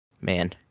Man